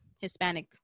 Hispanic